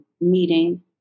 meeting